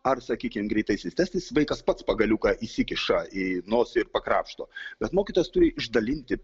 ar sakykim greitaisiais testais vaikas pats pagaliuką įsikiša į nosį ir pakrapšto bet mokytojas turi išdalinti